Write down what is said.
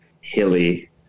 hilly